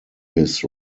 his